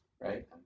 right